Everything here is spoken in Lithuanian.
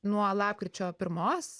nuo lapkričio pirmos